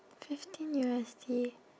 fifteen U_S_D